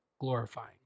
glorifying